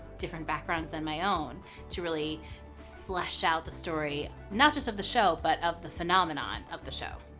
different backgrounds than my own to really flesh out the story not just of the show but of the phenomenon of the show.